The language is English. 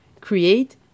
create